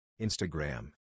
Instagram